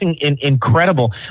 incredible